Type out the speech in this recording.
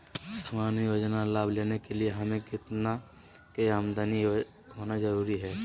सामान्य योजना लाभ लेने के लिए हमें कितना के आमदनी होना जरूरी है?